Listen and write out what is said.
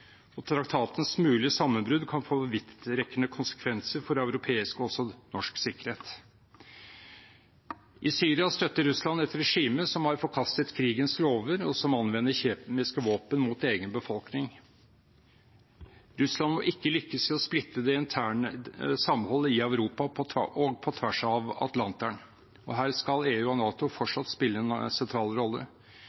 Traktatens mulige sammenbrudd kan få vidtrekkende konsekvenser for europeisk – og også norsk – sikkerhet. I Syria støtter Russland et regime som har forkastet krigens lover, og som anvender kjemiske våpen mot egen befolkning. Russland må ikke lykkes i å splitte det interne samholdet i Europa og på tvers av Atlanteren. Her skal EU og NATO